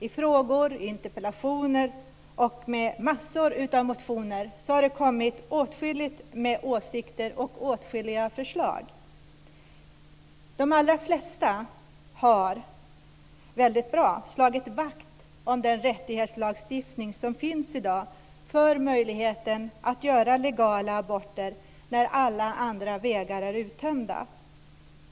I frågor, interpellationer och i massor av motioner har det kommit åtskilliga åsikter och åtskilliga förslag. De allra flesta har väldigt bra slagit vakt om den rättighetslagstiftning som finns i dag när det gäller möjligheten att göra legala aborter när alla andra vägar är uttömda.